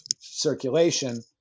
circulation